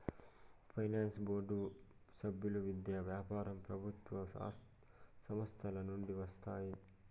finance board సభ్యులు విద్య, వ్యాపారం ప్రభుత్వ సంస్థల నుండి వస్తారు